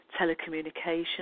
telecommunications